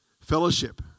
Fellowship